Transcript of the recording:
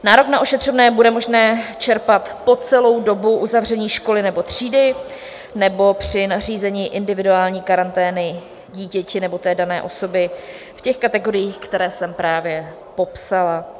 Nárok na ošetřovné bude možné čerpat po celou dobu uzavření školy nebo třídy nebo při nařízení individuální karantény dítěti nebo té dané osobě v těch kategoriích, které jsem právě popsala.